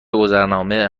گذرنامه